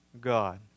God